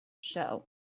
show